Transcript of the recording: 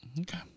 Okay